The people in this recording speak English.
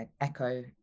echo